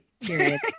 Period